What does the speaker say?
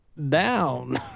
down